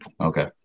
Okay